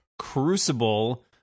crucible